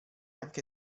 anche